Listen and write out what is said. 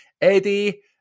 eddie